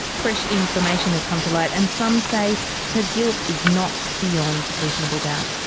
fresh information has come to light. and some say her guilt is not beyond reasonable doubt.